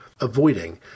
avoiding